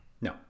No